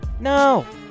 No